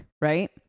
Right